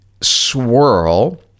swirl